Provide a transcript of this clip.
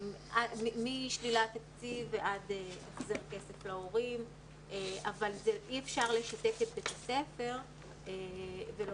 משלילת תקציב ועד --- אבל אי אפשר לשתק את בית הספר ולומר